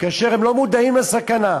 כאשר הם לא מודעים לסכנה.